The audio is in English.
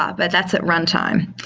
ah but that's at runtime.